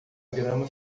grama